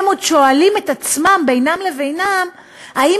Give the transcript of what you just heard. הם עוד שואלים את עצמם בינם לבינם האם